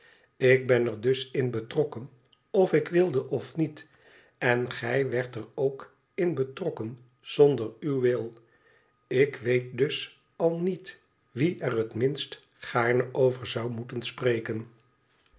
ik ben er dus in betrokken of ik wilde of niet en gij werdt er ook in betrokken zonder uw wil ik weet dus al niet wie er het minst gaarne over zou moeten spreken